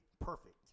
perfect